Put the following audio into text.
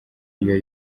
ariyo